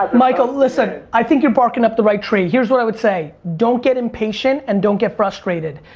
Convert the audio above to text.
ah michael, listen, i think you're barkin' up the right tree. here's what i would say. don't get impatient, and don't get frustrated.